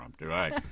right